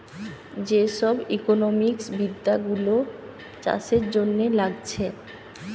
যে সব ইকোনোমিক্স বিদ্যা গুলো চাষের জন্যে লাগছে